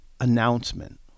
announcement